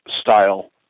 style